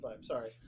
Sorry